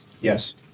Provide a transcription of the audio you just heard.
Yes